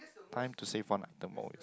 time to save one item what would